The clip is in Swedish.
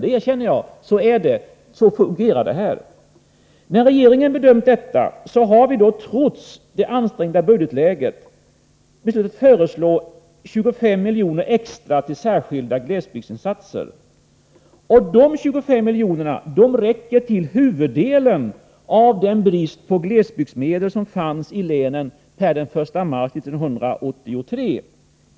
Det erkänner jag. Så fungerar det här. Sedan vi i regeringen bedömt saken beslutade vi, trots det ansträngda budgetläget, att föreslå 25 miljoner extra till särskilda glesbygdsinsatser. De 25 miljonerna täcker in huvuddelen av de glesbygdsmedel som saknades i länen per den 1 mars 1983.